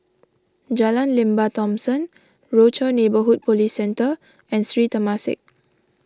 Jalan Lembah Thomson Rochor Neighborhood Police Centre and Sri Temasek